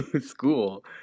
school